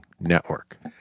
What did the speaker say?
network